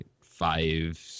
five